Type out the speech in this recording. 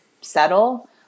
settle